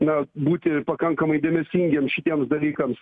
na būti pakankamai dėmesingiems šitiems dalykams